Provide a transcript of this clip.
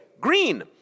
green